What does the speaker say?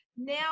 now